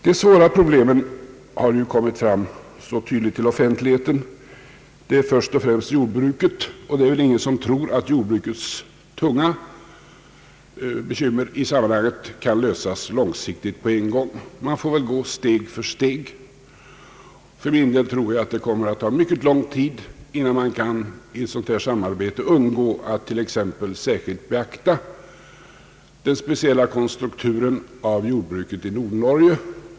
De svåra problemen har kommit fram tydligt till offentligheten. Det gäller först och främst jordbruket. Ingen tror väl att jordbrukets tunga bekymmer i sammanhanget kan lösas långsiktigt på en gång. Man får gå steg för steg. För min del tror jag att det kommer att ta mycket lång tid innan man i ett sådant här samarbete kan undgå att t.ex. särskilt beakta den speciella strukturen av jordbruket i Nordnorge.